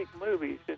movies